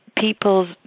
people's